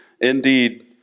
indeed